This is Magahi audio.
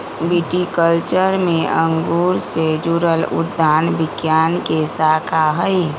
विटीकल्चर में अंगूर से जुड़ल उद्यान विज्ञान के शाखा हई